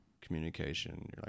communication